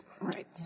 Right